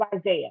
Isaiah